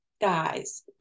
guys